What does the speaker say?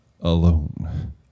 alone